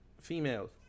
females